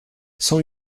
cent